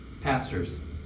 pastors